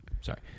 sorry